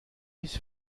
his